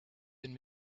and